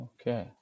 Okay